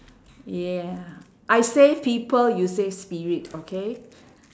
yeah I save people you save spirit okay